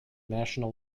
national